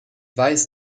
weiß